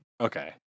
Okay